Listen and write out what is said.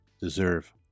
deserve